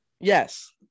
Yes